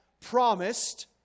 promised